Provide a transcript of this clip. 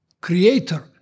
creator